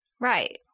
Right